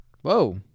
Whoa